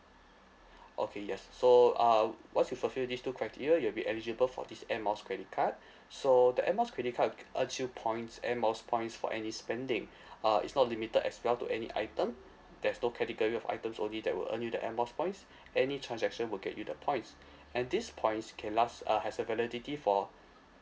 okay yes so uh once you fulfil this two criteria you'll be eligible for this air miles credit card so the air miles credit card you can earn two points air miles points for any spending uh is not limited as well to any item there's no category of items only that will earn you the air miles points any transaction will get you the points and these points can last uh has a validity for